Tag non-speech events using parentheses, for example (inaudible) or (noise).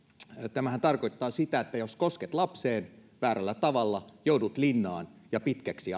tämähän tarkoittaa sitä että jos kosket lapseen väärällä tavalla joudut linnaan ja pitkäksi (unintelligible)